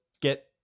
get